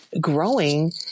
growing